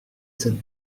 cette